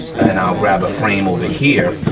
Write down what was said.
and i'll grab a frame over here,